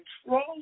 control